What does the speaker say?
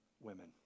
women